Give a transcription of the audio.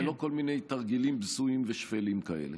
לא כל מיני תרגילים בזויים ושפלים כאלה.